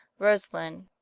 rosalind,